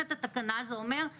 הבנתי שאתם מעריכים את התשלום בסך של